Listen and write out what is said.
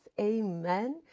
Amen